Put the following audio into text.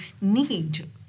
need